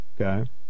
Okay